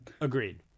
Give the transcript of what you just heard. Agreed